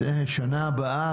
שנה הבאה,